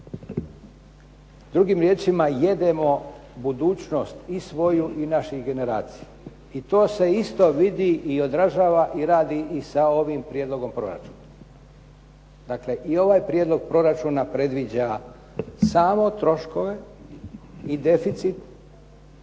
Drugim riječima jedemo budućnost i svoju i naših generacija. I to se isto vidi i odražava i radi i sa ovim prijedlogom proračuna. Dakle, i ovaj prijedlog proračuna predviđa samo troškove i deficit.